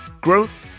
growth